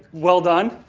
well done.